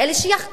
שיחקור,